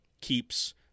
keeps